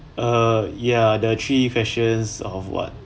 err ya the three questions of what